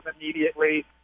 immediately